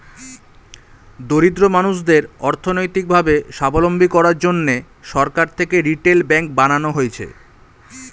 দরিদ্র মানুষদের অর্থনৈতিক ভাবে সাবলম্বী করার জন্যে সরকার থেকে রিটেল ব্যাঙ্ক বানানো হয়েছে